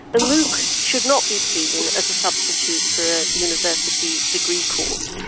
a mooc should not be seen as a substitute for a university degree course.